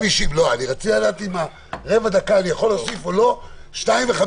אני בטוח שגם ליואב כואב, גם על התפילות וגם